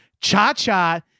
cha-cha